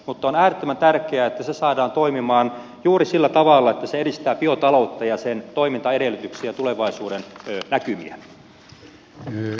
on äärettömän tärkeää että se saadaan toimimaan juuri sillä tavalla että se edistää biotaloutta ja sen toimintaedellytyksiä ja tulevaisuudennäkymiä